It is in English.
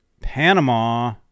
Panama